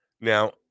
Now